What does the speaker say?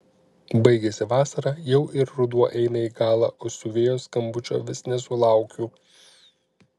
baigėsi vasara jau ir ruduo eina į galą o siuvėjos skambučio vis nesulaukiu